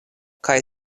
kaj